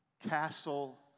castle